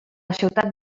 ciutat